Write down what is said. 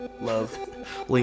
Love